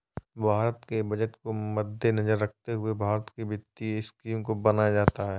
भारत के बजट को मद्देनजर रखते हुए भारत की वित्तीय स्कीम को बनाया जाता है